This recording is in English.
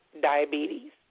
Diabetes